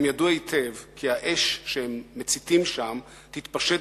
הם ידעו היטב כי האש שהם מציתים שם תלך ותתפשט.